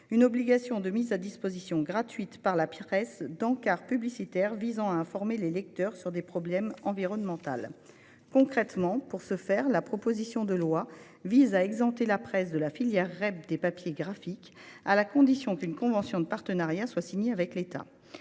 -une obligation de mise à disposition gratuite par la presse d'encarts publicitaires visant à informer les lecteurs sur des problématiques environnementales. Concrètement, la proposition de loi tend à exempter la presse de la filière REP des papiers graphiques, à la condition qu'une convention de partenariat soit signée avec l'État.